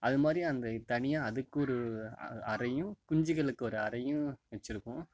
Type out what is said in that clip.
அதுமாதிரி அந்த தனியாக அதுக்கு ஒரு அறையும் குஞ்சுகளுக்கு ஒரு அறையும் வச்சியிருக்கும்